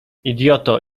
idioto